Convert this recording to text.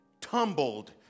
tumbled